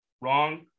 Wrong